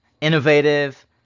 innovative